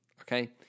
Okay